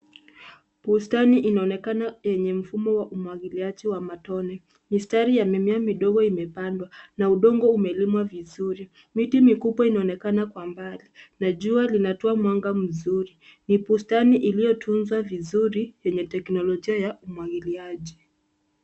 Bustani inaonekana yenye mfumo wa umwagiliaji wa matone. Mistari ya mimea midogo imepandwa na udongo umelimwa vizuri. Miti mikubwa inaonekana kwa mbali na jua linatoa mwanga mzuri. Ni bustani iliyotunzwa vizuri yenye teknolojia ya umwagiliaji.